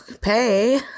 Pay